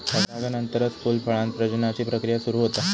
परागनानंतरच फूल, फळांत प्रजननाची प्रक्रिया सुरू होता